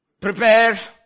Prepare